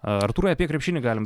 artūrai apie krepšinį galim da